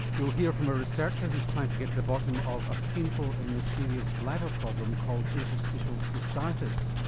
you'll hear from a researcher who's trying to get to the bottom of a painful and mysterious bladder problem called interstitial cystitis.